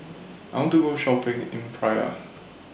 I want to Go Shopping in Praia